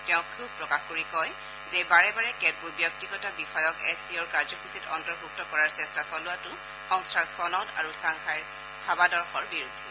তেওঁ ক্ষোভ প্ৰকাশ কৰি কয় যে বাৰে বাৰে কেতবোৰ ব্যক্তিগত বিষয়ক এছ চি অ'ৰ কাৰ্যসূচীত অন্তৰ্ভুক্ত কৰাৰ চেষ্টা চলোৱাতো সংস্থাৰ চনদ আৰু ছাংঘাইৰ ভাৱাদৰ্শৰ বিৰোধী